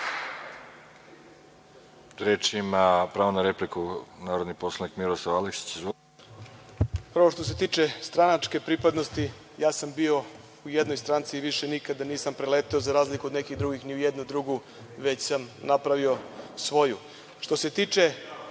Aleksić, pravo na repliku. **Miroslav Aleksić** Prvo, što se tiče stranačke pripadnosti, ja sam bio u jednoj stranci i više nikada nisam preletao, za razliku od nekih drugih, ni u jednu drugu, već sam napravio svoju. Što se tiče